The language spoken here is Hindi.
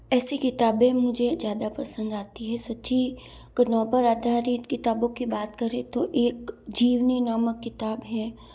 ऐसी किताबें मुझे ज़्यादा पसंद आती है सच्ची घटनाओं पर आधारित किताबों की बात करें तो एक जीवनी नामक किताब है